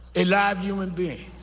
a live human being,